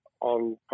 on